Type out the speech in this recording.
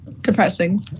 depressing